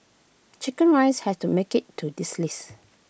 Chicken Rice had to make IT to this list